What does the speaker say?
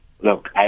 look